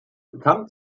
bekannt